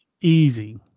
easy